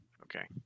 Okay